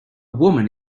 woman